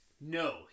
No